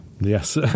Yes